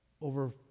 over